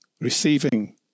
receiving